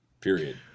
period